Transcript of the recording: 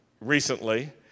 recently